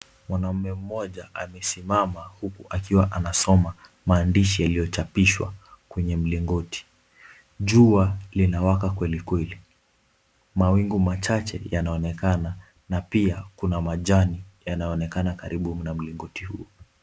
Mwanamme mmoja amesimama akiwa anasoma maandishi yaliyo chapishwa kwenye mlingoti. Jua linawaka kweli kweli. Mawingu mavchache yanaonekana na pia kuna majani yanayoonekana karibu na mlingoti huu.